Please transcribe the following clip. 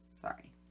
sorry